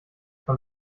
von